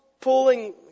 pulling